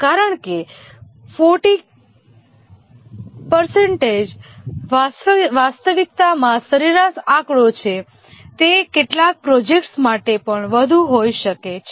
કારણ કે 40 ટકા વાસ્તવિકતામાં આ સરેરાશ આંકડો છે તે કેટલાક પ્રોજેક્ટ્સ માટે પણ વધુ હોઈ શકે છે